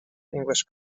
english